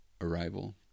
Arrival